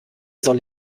soll